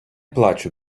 плачу